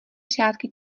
řádky